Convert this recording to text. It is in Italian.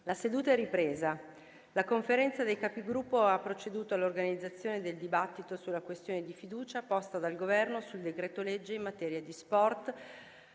una nuova finestra"). La Conferenza dei Capigruppo ha proceduto all'organizzazione del dibattito sulla questione di fiducia posta dal Governo sul decreto-legge in materia di sport,